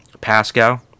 Pascal